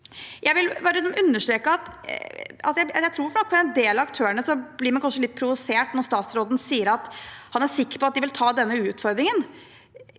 Jeg vil understreke at jeg tror en del av aktørene kanskje blir litt provosert når statsråden sier at han er sikker på at de vil ta denne utfordringen.